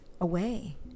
away